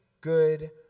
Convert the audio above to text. good